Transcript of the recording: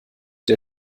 der